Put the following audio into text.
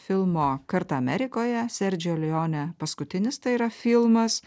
filmo kartą amerikoje serdžijo leonė paskutinis tai yra filmas